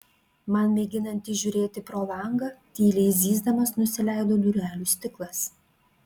man mėginant įžiūrėti pro langą tyliai zyzdamas nusileido durelių stiklas